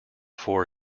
four